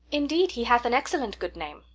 indeed, he hath an excellent good name.